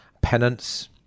penance